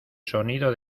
sonido